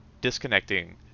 disconnecting